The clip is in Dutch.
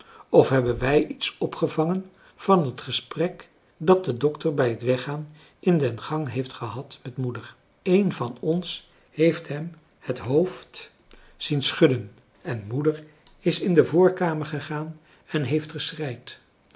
of hebben wij iets opgevangen van het gesprek dat de dokter bij t weggaan in den gang heeft gehad met moeder een van ons heeft hem het hoofd zien schudden en moeder is in de voorkamer gegaan en heeft